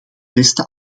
beste